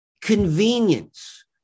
Convenience